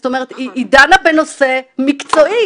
זאת אומרת היא דנה בנושא מקצועי,